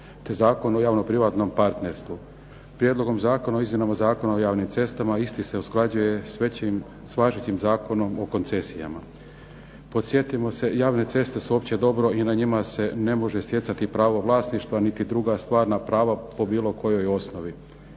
te Zakon o javno-privatnom partnerstvu. Prijedlogom zakona o izmjenama Zakona o javnim cestama isti se usklađuje s važećim Zakonom o koncesijama. Podsjetimo se, javne ceste su opće dobro i na njima se ne može stjecati pravo vlasništva niti druga stvarna prava po bilo kojoj osnovi.